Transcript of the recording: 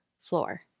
floor